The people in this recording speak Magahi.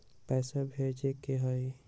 पैसा भेजे के हाइ?